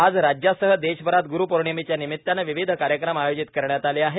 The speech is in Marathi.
आज राज्यासह देशभरात ग्रूपौर्णिमेच्यानिमितानं विविध कार्यक्रम आयोजित करण्यात आले आहेत